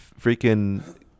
freaking